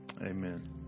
amen